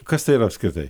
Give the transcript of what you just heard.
kas tai yra apskritai